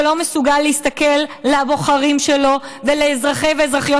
שלא מסוגל להסתכל לבוחרים שלו ולאזרחי ואזרחיות